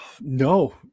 No